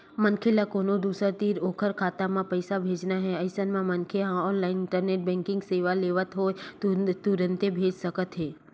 मनखे ल कोनो दूसर तीर ओखर खाता म पइसा भेजना हे अइसन म मनखे ह ऑनलाइन इंटरनेट बेंकिंग सेवा लेवत होय तुरते भेज सकत हे